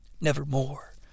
Nevermore